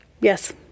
Yes